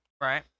Right